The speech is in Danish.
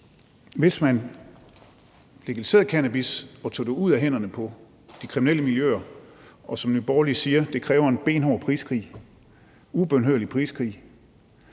Hvis man legaliserede cannabis og tog det ud af hænderne på de kriminelle miljøer – og som Nye Borgerlige siger, kræver det en benhård priskrig, en ubønhørlig priskrig